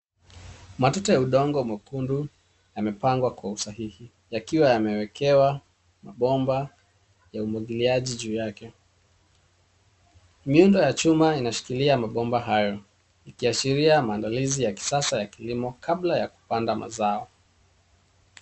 Matuta ya udongo mwekundu yamepangwa kwa usahihi yakiwa yamewekewa mabomba ya umwagiliaji juu yake miundo ya chuma inashikilia mabomba hayo ikiashiria maandalizi ya kisasa ya kilimo kabla ya kupanda mazao